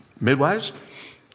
midwives